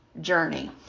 journey